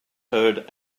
herd